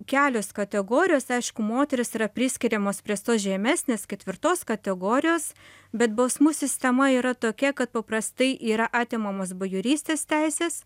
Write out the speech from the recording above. kelios kategorijos aišku moterys yra priskiriamos prie tos žemesnės ketvirtos kategorijos bet bausmių sistema yra tokia kad paprastai yra atimamos bajorystės teisės